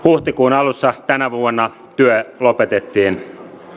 huhtikuun alussa tänä vuonna työ lopetettiin